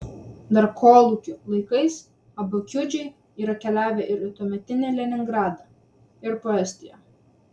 dar kolūkių laikais abu kiudžiai yra keliavę ir į tuometį leningradą ir po estiją